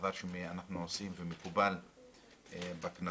דבר שאנחנו עושים ומקובל בכנסות.